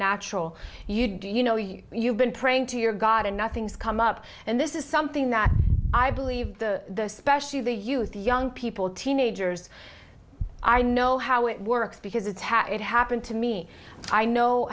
natural you do you know you've been praying to your god and nothing's come up and this is something that i believe the specially the youth the young people teenagers i know how it works because it's hat it happened to me i know